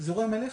מידע שזורם אליך,